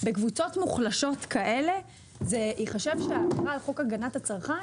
בקבוצות מוחלשות כאלה זה ייחשב שההפרה על חוק הגנת הצרכן